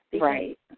Right